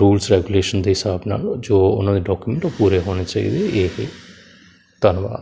rules regulation ਦੇ ਹਿਸਾਬ ਨਾਲ ਜੋ ਉਹਨਾਂ ਦੇ ਡਾਕੂਮੈਂਟ ਉਹ ਪੂਰੇ ਹੋਣੇ ਚਾਹੀਦੇ ਇਹ ਧੰਨਵਾਦ